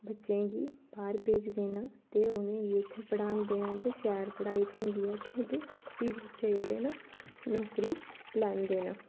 बच्चें गी बाह्र भेजदे न ते उ'नेंगी उत्थै पढ़ांदे न ते शैल पढ़ाई थ्होंदी ऐ उत्थैं ते फ्ही बच्चें जेह्ड़े न नौकरी लैंदे न